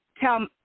tell